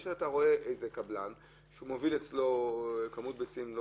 אתה רואה קבלן שמוביל כמות ביצים,